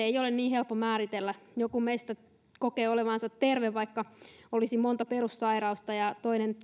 ei ole niin helppo määritellä joku meistä kokee olevansa terve vaikka olisi monta perussairautta ja toinen